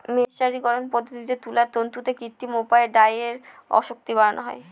মের্সারিকরন পদ্ধতিতে তুলার তন্তুতে কৃত্রিম উপায়ে ডাইয়ের আসক্তি বাড়ানো হয়